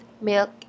milk